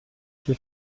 die